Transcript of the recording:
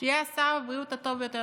שיהיה שר הבריאות הטוב ביותר.